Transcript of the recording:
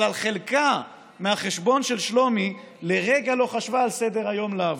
אבל על חלקה מהחשבון של שלומי לרגע לא חשבה על סדר-היום לעבור,